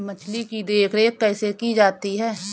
मछली की देखरेख कैसे की जाती है?